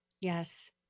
Yes